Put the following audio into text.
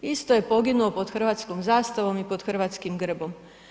Isto je poginuo pod hrvatskom zastavom i pod hrvatskim grbom.